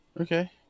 Okay